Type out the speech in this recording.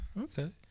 Okay